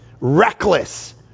reckless